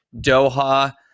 Doha